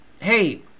hey